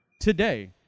Today